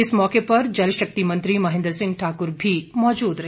इस मौके पर जल शक्ति मंत्री महेन्द्र सिंह ठाकुर भी मौजूद रहे